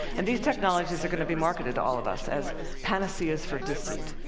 and these technologies are going to be marketed to all of us as panaceas for deceit,